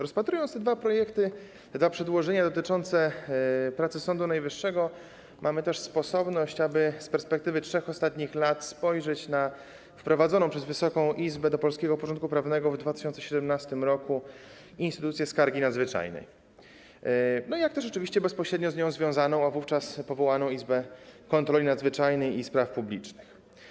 Rozpatrując te dwa projekty ustaw, dwa przedłożenia dotyczące pracy Sądu Najwyższego, mamy też sposobność, aby z perspektywy 3 ostatnich lat spojrzeć na wprowadzoną przez Wysoką Izbę do polskiego porządku prawnego w 2017 r. instytucję skargi nadzwyczajnej i na rzeczywiście bezpośrednio z nią związaną, a wówczas powołaną Izbę Kontroli Nadzwyczajnej i Spraw Publicznych.